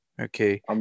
Okay